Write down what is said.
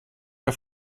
der